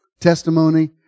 Testimony